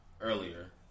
earlier